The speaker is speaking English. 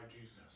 Jesus